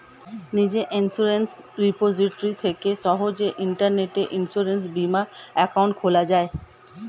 নিজের insurance repository থেকে সহজেই ইন্টারনেটে ইন্সুরেন্স বা বীমা অ্যাকাউন্ট খোলা যায়